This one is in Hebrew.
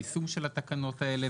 ליישום של התקנות האלה.